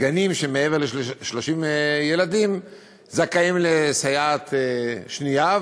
שגנים עם מעבר ל-30 ילדים זכאים לסייעת שנייה,